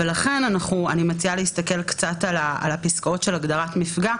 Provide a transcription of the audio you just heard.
אבל אני מציעה להסתכל על הפסקאות של הגדרת מפגע,